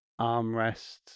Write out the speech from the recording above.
armrests